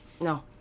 No